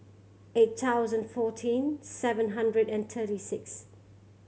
eight thousand fourteen seven hundred and thirty six